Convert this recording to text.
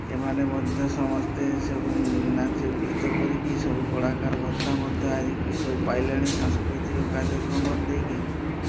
ଏମାନେ ମଧ୍ୟ ସମସ୍ତେ ସବୁ ନାଚ ଗୃତ କରିକି ସବୁ କଳାକାର ଭତ୍ତା ମଧ୍ୟ ଆଜି ସବୁ ପାଇଲାଣି ସାଂସ୍କୃତିକ କାର୍ଯ୍ୟକ୍ରମ ଦେଇକି